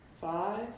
five